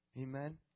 Amen